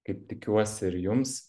kaip tikiuosi ir jums